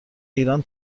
ایران